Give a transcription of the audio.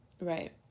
Right